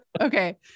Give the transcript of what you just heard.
Okay